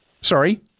Sorry